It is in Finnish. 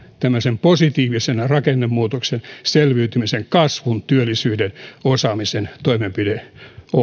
tämmöisen positiivisen rakennemuutoksen selviytymisen kasvun työllisyyden ja osaamisen toimenpideohjelma